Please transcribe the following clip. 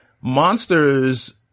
monsters